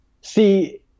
See